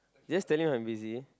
just telling you I'm busy